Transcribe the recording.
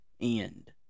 end